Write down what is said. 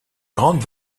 grandes